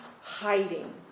hiding